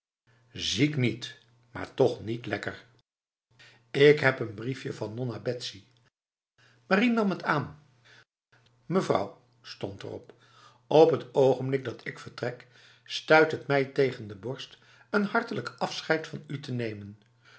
ziek niet maar toch niet lekker ik heb een briefje van nonna betsy marie nam het aan mevrouw stond er op het ogenblik dat ik vertrek stuit het mij tegen de borst een hartelijk afscheid van u te nemen